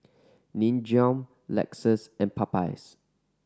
Nin Jiom Lexus and Popeyes